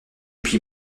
puis